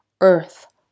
earth